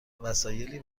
وسایلی